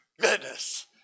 goodness